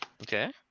Okay